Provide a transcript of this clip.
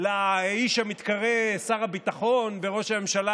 לאיש המתקרא שר הביטחון וראש הממשלה